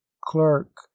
clerk